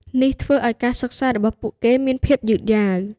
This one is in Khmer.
នេះធ្វើឲ្យការសិក្សារបស់ពួកគេមានភាពយឺតយ៉ាវ។